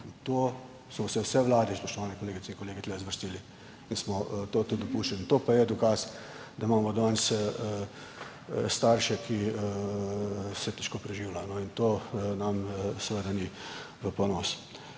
smo se vse vlade, spoštovane kolegice in kolegi, zvrstile in smo to tudi dopuščali. Dokaz za to pa je, da imamo danes starše, ki se težko preživljajo, in to nam seveda ni v ponos.